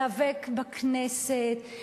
להיאבק בכנסת,